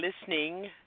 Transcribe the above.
listening